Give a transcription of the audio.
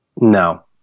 No